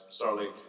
starlink